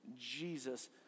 Jesus